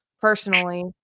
personally